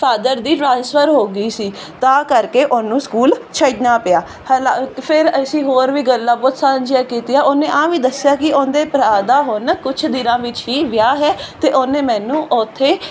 father ਦੀ transfer ਹੋ ਗਈ ਸੀ ਤਾਂ ਕਰਕੇ ਉਹਨੂੰ ਸਕੂਲ ਛੱਡਣਾ ਪਿਆ ਹਨਾ ਫਿਰ ਅਸੀਂ ਹੋਰ ਵੀ ਗੱਲਾਂ ਕੁਝ ਸਾਂਝੀਆਂ ਕੀਤੀਆਂ ਉਹਨੇ ਆਹ ਵੀ ਦੱਸਿਆ ਕਿ ਉਹਦੇ ਭਰਾ ਦਾ ਹੁਣ ਕੁਛ ਦਿਨਾਂ ਵਿੱਚ ਹੀ ਵਿਆਹ ਹੈ ਤੇ ਉਹਨੇ ਮੈਨੂੰ ਉਥੇ